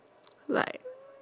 like